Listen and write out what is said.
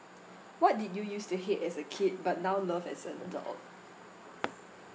what did you use to hate as a kid but now love as an adult